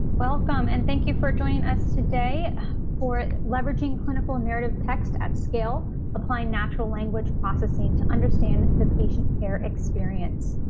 welcome, and thank you for joining us today for leveraging clinical narrative text at scale, applying natural language processing to understand the patient care experience.